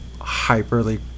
hyperly